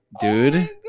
Dude